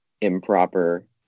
improper